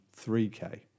3K